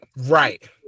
right